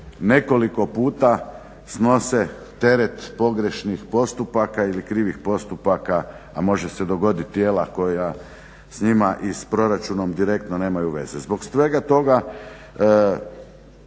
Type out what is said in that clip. nekoliko puta snose teret pogrešnih postupaka ili krivih postupaka, a može se dogoditi tijela koja s njima i s proračunom direktno nemaju veze. Zbog svega toga